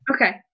Okay